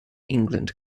england